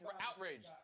outraged